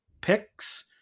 picks